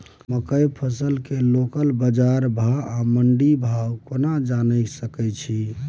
मकई फसल के लोकल बाजार भाव आ मंडी भाव केना जानय सकै छी?